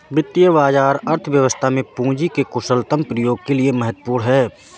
वित्तीय बाजार अर्थव्यवस्था में पूंजी के कुशलतम प्रयोग के लिए महत्वपूर्ण है